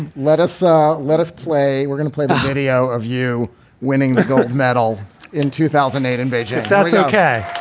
and let us ah let us play. we're gonna play the video of you winning the gold medal in two thousand and eight in beijing that's okay.